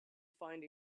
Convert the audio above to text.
find